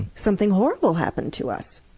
something horrible happened to us.